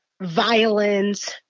Violence